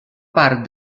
part